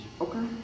Okay